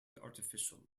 artificial